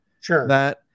Sure